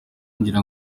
ngira